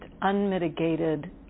unmitigated